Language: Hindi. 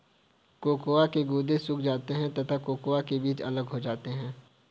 कोकोआ के गुदे सूख जाते हैं तथा कोकोआ का बीज अलग हो जाता है